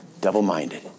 Double-minded